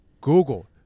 Google